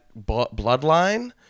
Bloodline